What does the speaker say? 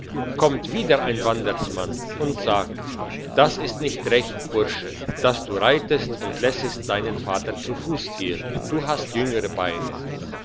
kommt wieder ein wandersmann und sagt das ist nicht recht bursche dass du reitest und lässest deinen vater zu fuss gehen du hast jüngere beine